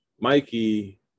Mikey